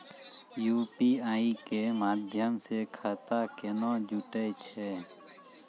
UPI के माध्यम से खाता केना जुटैय छै?